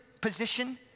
position